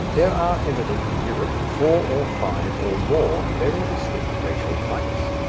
there are evident in europe four or five or more very distinct racial types,